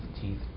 teeth